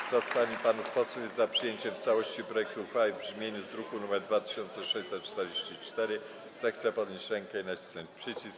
Kto z pań i panów posłów jest za przyjęciem w całości projektu uchwały w brzmieniu z druku nr 2644, zechce podnieść rękę i nacisnąć przycisk.